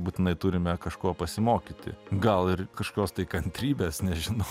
būtinai turime kažko pasimokyti gal ir kažkokios tai kantrybės nežinau